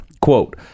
Quote